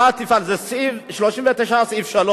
זהו סעיף 39.3: